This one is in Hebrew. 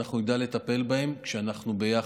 אנחנו נדע לטפל בהם כשאנחנו ביחד,